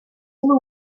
flew